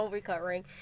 recovering